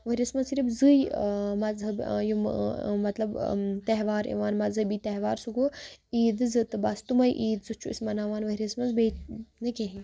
ؤرۍ یس منٛز صرف زٕے مَزہب یِم مطلب تہوار یِوان مَزہبی تہوار سُہ گوٚوعیٖدٕ زٕ تہٕ بَس تٕمے عیٖدٕ زٕ چھِ أسۍ مَناوان ؤرۍ یس منٛز بیٚیہِ نہٕ کِہینۍ